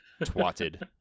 twatted